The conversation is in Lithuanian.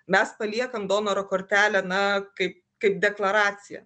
mes paliekam donoro kortelę na kaip kaip deklaraciją